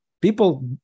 people